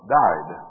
died